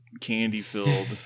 candy-filled